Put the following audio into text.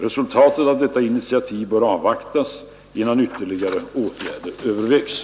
Resultatet av detta initiativ bör avvaktas, innan ytterligare åtgärder övervägs.